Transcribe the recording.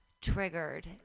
triggered